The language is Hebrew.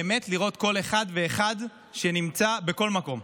באמת לראות כל אחד ואחד שנמצא בכל מקום.